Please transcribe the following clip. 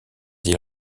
dit